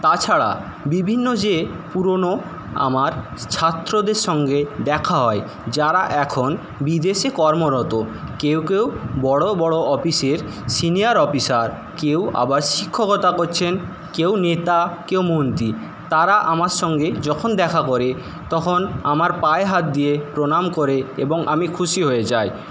তাছাড়া বিভিন্ন যে পুরনো আমার ছাত্রদের সঙ্গে দেখা হয় যারা এখন বিদেশে কর্মরত কেউ কেউ বড়ো বড়ো অফিসের সিনিয়ার অফিসার কেউ আবার শিক্ষকতা করছেন কেউ নেতা কেউ মন্ত্রী তারা আমার সঙ্গে যখন দেখা করে তখন আমার পায়ে হাত দিয়ে প্রণাম করে এবং আমি খুশি হয়ে যাই